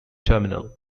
terminal